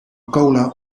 cola